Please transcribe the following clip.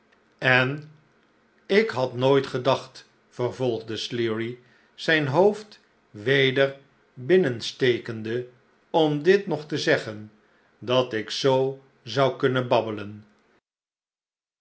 en ik had nooit gedacht vervolgde sleary zijn hoofd weder binnenstekende om dit nog te zeggen dat ik zoo zou kunnen babbelen